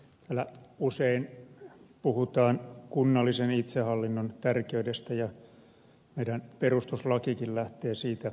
täällä usein puhutaan kunnallisen itsehallinnon tärkeydestä ja meidän perustuslakimmekin lähtee siitä näkökulmasta